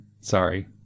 sorry